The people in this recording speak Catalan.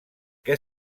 què